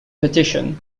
petition